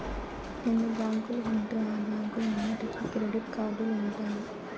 ఎన్ని బ్యాంకులు ఉంటే ఆ బ్యాంకులన్నీటికి క్రెడిట్ కార్డులు ఉంటాయి